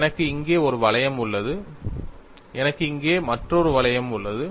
எனக்கு இங்கே ஒரு வளையம் உள்ளது எனக்கு இங்கே மற்றொரு வளையம் உள்ளது